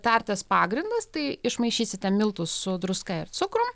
tartės pagrindas tai išmaišysite miltus su druska ir cukrum